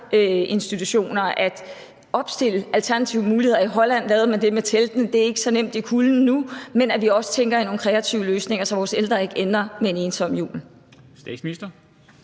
muligheder ude på vores ældreinstitutioner; i Holland lavede man det med teltene, det er ikke så nemt nu i kulden – men vi skal også tænke i nogle kreative løsninger, så vores ældre ikke ender med en ensom jul. Kl.